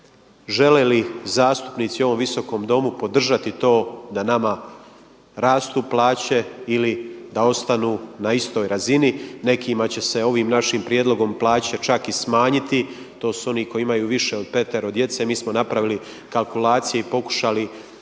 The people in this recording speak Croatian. žele li zastupnici u ovom visokom Domu podržati to da nama rastu plaće ili da ostanu na istoj razini. Nekima će se ovim našim prijedlogom plaće čak i smanjiti, to su oni koji imaju više od petero djece. Mi smo napravili kalkulacije i pokušali